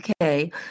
Okay